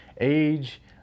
Age